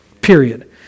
period